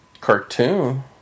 cartoon